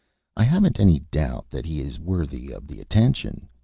i haven't any doubt that he is worthy of the attention,